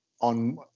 on